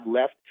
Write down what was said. left